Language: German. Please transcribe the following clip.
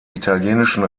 italienischen